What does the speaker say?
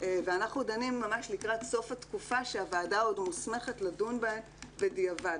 ואנחנו דנים ממש לקראת סוף התקופה כשהוועדה עוד מוסמכת לדון בהן בדיעבד,